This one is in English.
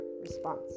response